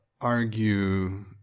argue